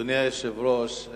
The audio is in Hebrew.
אדוני היושב-ראש,